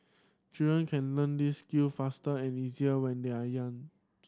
children can learn these skill faster and easier when they are young